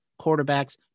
quarterbacks